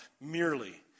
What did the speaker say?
merely